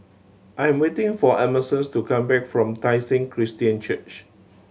I am waiting for Emerson's to come back from Tai Seng Christian Church